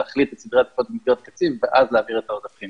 להחליט על סדרי העדיפויות במסגרת התקציב ואז להעביר את העודפים